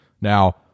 now